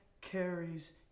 carries